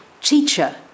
Teacher